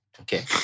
Okay